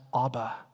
Abba